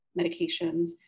medications